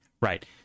right